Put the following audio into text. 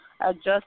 adjust